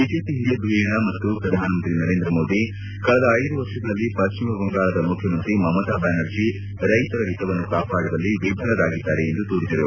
BJP ಹಿರಿಯ ಧುರೀಣ ಮತ್ತು ಪ್ರಧಾನಮಂತ್ರಿ ನರೇಂದ್ರ ಮೋದಿ ಕಳೆದ ಐದು ವರ್ಷಗಳಲ್ಲಿ ಪಶ್ಲಿಮ ಬಂಗಾಳದ ಮುಖ್ಯಮಂತ್ರಿ ಮಮತಾ ಬ್ಲಾನರ್ಜಿ ರೈತರ ಹಿತವನ್ನು ಕಾಪಾಡುವಲ್ಲಿ ವಿಫಲರಾಗಿದ್ದಾರೆ ಎಂದು ದೂರಿದರು